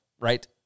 right